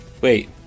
Wait